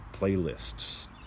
playlists